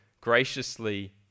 graciously